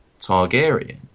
Targaryen